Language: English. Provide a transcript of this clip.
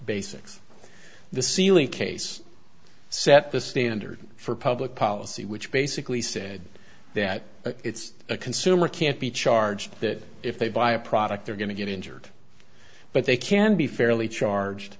basics the ceiling case set the standard for public policy which basically said that it's a consumer can't be charged that if they buy a product they're going to get injured but they can be fairly charged